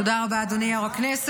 תודה רבה, אדוני יו"ר הישיבה.